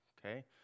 okay